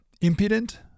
impudent